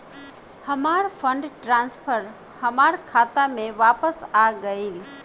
हमार fund transfer हमार खाता में वापस आ गइल